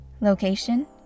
Location